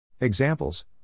Examples